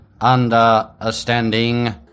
understanding